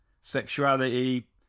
sexuality